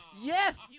Yes